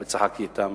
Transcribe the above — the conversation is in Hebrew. צחקתי אתם,